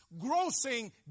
grossing